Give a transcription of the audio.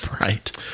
right